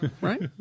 Right